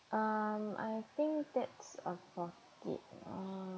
um I think that's about it uh